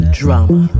drama